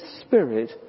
Spirit